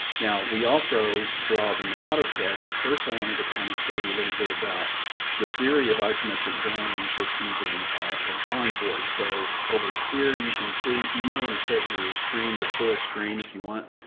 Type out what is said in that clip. now we also draw them in autocad. but first i wanted to kind of show you a little bit about the theory of isometric drawing, just using a drawing board. so over here, you can see, you might want to set your screen to full screen if you want.